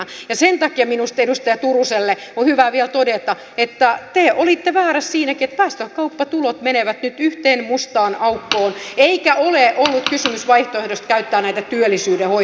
sen takia minusta edustaja turuselle on hyvä vielä todeta että te olitte väärässä siinäkin että päästökauppatulot menevät nyt yhteen mustaan aukkoon eikä ole ollut kysymys vaihtoehdosta käyttää näitä työllisyyden hoitoon